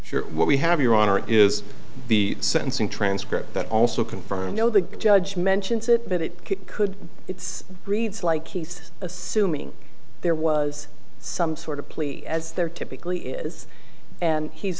sure what we have your honor is the sentencing transcript that also confirm no the judge mentions it but it could it's reads like he's assuming there was some sort of plea as there typically is and he's